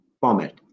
format